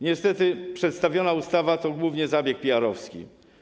Niestety przedstawiona ustawa to głównie zabieg PR-owski.